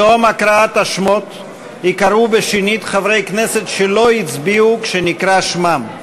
בתום הקראת השמות ייקראו שנית חברי כנסת שלא הצביעו כשנקרא שמם.